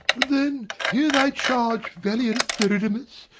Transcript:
then hear thy charge, valiant theridamas,